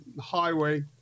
highway